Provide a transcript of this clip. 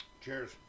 Cheers